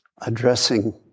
addressing